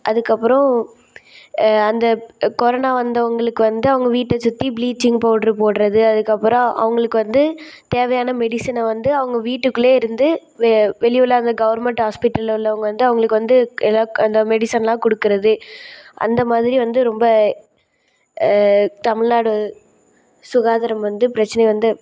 அதுக்கப்புறம் அந்த கொரோனா வந்தவங்களுக்கு வந்து அவங்க வீட்டை சுற்றி ப்ளீச்சிங் பவுட்ரு போடுறது அதுக்கப்புறம் அவங்களுக்கு வந்து தேவையான மெடிசனை வந்து அவங்க வீட்டுக்குள்ளே இருந்து வெ வெளிய உள்ள அந்த கவுர்மெண்ட் ஹாஸ்பிட்டலில் உள்ளவங்க வந்து அவங்களுக்கு வந்து ஏதாது அந்த மெடிசன்லாம் கொடுக்குறது அந்தமாதிரி வந்து ரொம்ப தமிழ்நாடு சுகாதாரம் வந்து பிரச்சனை வந்து